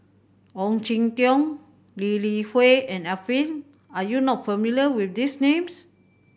Ong Jin Teong Lee Li Hui and Arifin are you not familiar with these names